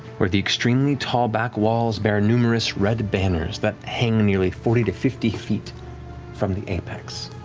where the extremely tall back walls bear numerous red banners that hang nearly forty to fifty feet from the apex.